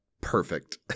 perfect